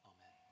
Amen